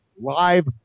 live